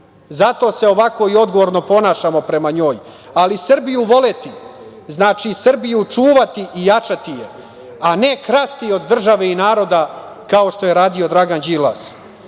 Zato se ovako i odgovorno ponašamo prema njoj. Ali, Srbiju voleti znači Srbiju čuvati i jačati je, a ne krasti od države i naroda, kao što je radio Dragan Đilas. Na